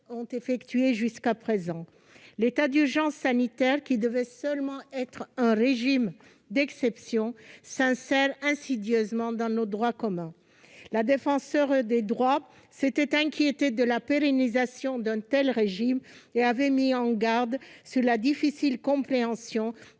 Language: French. présent par les Français. L'état d'urgence sanitaire, qui devait être un régime d'exception, s'insère insidieusement dans notre droit commun. La Défenseure des droits s'est d'ailleurs inquiétée de la pérennisation d'un tel régime et a mis en garde sur la difficile compréhension